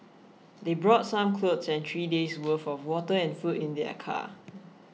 they brought some clothes and three days' worth of water and food in their car